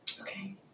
Okay